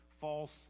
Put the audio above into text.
false